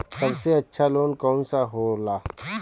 सबसे अच्छा लोन कौन सा होला?